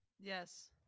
yes